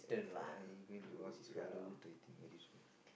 uh he going to lost his Fatherhood dating very soon